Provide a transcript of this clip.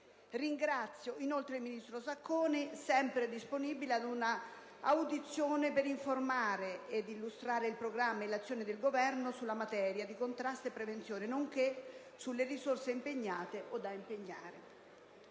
Ringrazio inoltre il ministro Sacconi, sempre disponibile ad ogni audizione ad informare ed illustrare il programma e le azioni del Governo sulla materia di contrasto e prevenzione, nonché sulle risorse impegnate o da impegnare.